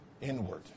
Inward